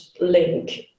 link